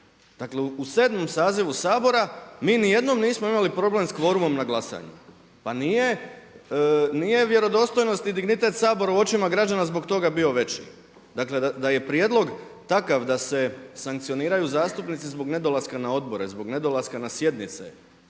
Dakle u 7. sazivu Sabora mi ni jednom nismo imali problem s kvorumom na glasanju. Pa nije vjerodostojnost i dignitet Sabora u očima građana zbog toga bio veći. Dakle, da je prijedlog takav da se sankcioniraju zastupnici zbog nedolaska na odbore, zbog nedolaska na sjednice